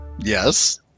Yes